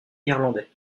irlandais